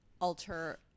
alter